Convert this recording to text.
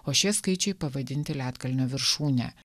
o šie skaičiai pavadinti ledkalnio viršūne